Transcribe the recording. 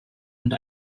und